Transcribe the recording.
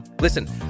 Listen